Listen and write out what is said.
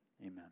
amen